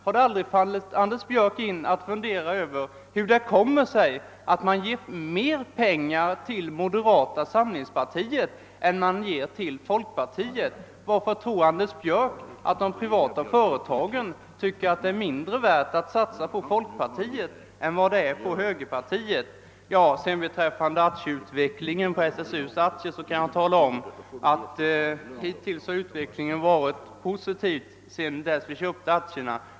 Har det aldrig fallit Anders Björck in att fundera över hur det kommer sig att företagen lämnat mer pengar till moderata samlingspartiet än till folkpartiet? Varför tror Anders Björck att de privata företagen tycker det är mindre värt att satsa på folkpartiet än på högerpartiet? Beträffande kursutvecklingen på SSU:s aktier kan jag tala om att den hittills har varit positiv sedan vi köpte aktierna.